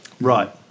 Right